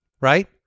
right